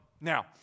Now